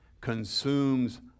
consumes